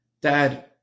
dad